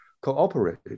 cooperate